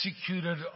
executed